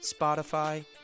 Spotify